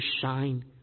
shine